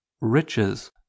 riches